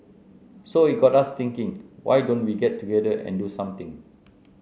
so it got us thinking why don't we get together and do something